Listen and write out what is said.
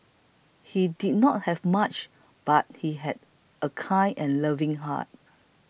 he did not have much but he had a kind and loving heart